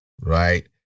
Right